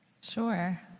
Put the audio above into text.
Sure